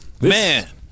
Man